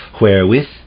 wherewith